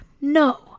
No